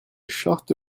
charte